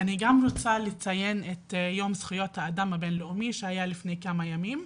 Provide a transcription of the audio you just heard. אני גם רוצה לציין את יום זכויות האדם הבינלאומי שהיה לפני כמה ימים,